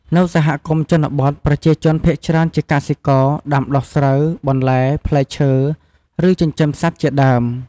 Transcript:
នៅសហគមន៍ជនបទប្រជាជនភាគច្រើនជាកសិករ ដាំដុះស្រូវ បន្លែ ផ្លែឈើ ឬចិញ្ចឹមសត្វជាដើម។